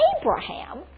Abraham